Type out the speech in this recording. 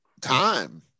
time